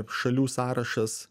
šalių sąrašas